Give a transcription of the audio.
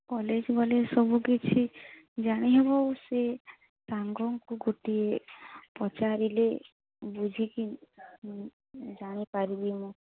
college ଗଲେ ସବୁକିଛି ଜାଣିହେବ ସେ ସାଙ୍ଗଙ୍କୁ ଗୋଟିଏ ପଚାରିଲେ ବୁଝିକି ଜାଣିପାରିବି ମୁଁ